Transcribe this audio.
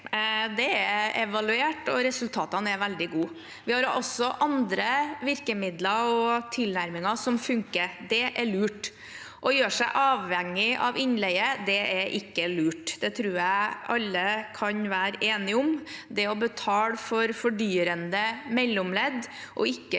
Det er evaluert, og resultatene er veldig gode. Vi har også andre virkemidler og tilnærminger som funker. Det er lurt. Å gjøre seg avhengig av innleie er ikke lurt. Det tror jeg alle kan være enige om. Det å betale for fordyrende mellomledd og ikke kunne